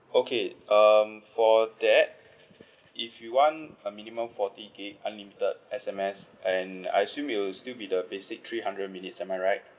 okay um for that if you want a minimum forty gig unlimited S_M_S and I assume it'll still be the basic three hundred minutes am I right